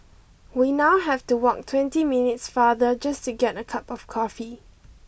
we now have to walk twenty minutes farther just to get a cup of coffee